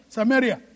Samaria